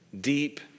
deep